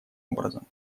образом